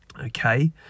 okay